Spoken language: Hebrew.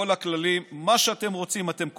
כל הכללים, מה שאתם רוצים, אתם קובעים.